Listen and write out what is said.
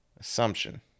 Assumption